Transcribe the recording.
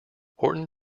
horton